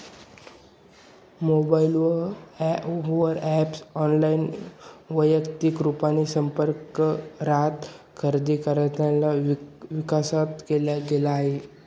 mobile वर app online, वैयक्तिक रूपाने संपर्क रहित खरेदीकरिता विकसित केला गेला आहे